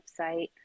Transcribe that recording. website